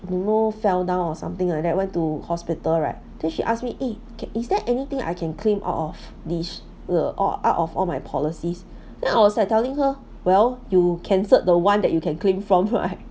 don't know fell down or something like that went to hospital right then she ask me eh is there anything I can claim out of this uh out of all my policies then I was like telling her well you cancelled the one that you can claim from right